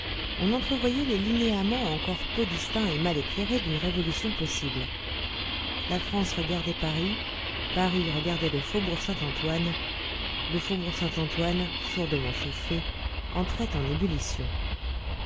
on entrevoyait les linéaments encore peu distincts et mal éclairés d'une révolution possible la france regardait paris paris regardait le faubourg saint-antoine le faubourg saint-antoine sourdement chauffé entrait en ébullition